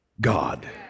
God